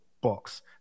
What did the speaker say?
box